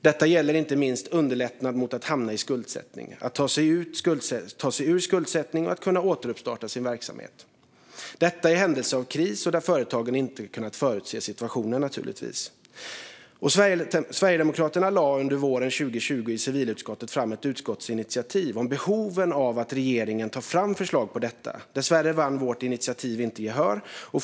Detta gäller inte minst underlättnad mot att hamna i skuldsättning, att ta sig ur skuldsättning och att kunna återstarta sin verksamhet. Detta gäller naturligtvis i händelse av kris där företagaren inte kunnat förutse situationen. Sverigedemokraterna lade under våren 2020 i civilutskottet fram ett förslag till utskottsinitiativ om behoven av att regeringen tar fram förslag om detta. Dessvärre vann vårt initiativ inte gehör.